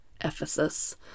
Ephesus